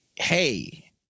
Hey